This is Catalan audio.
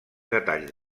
detalls